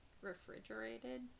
refrigerated